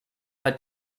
are